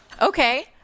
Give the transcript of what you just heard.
Okay